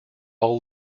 all